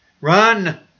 run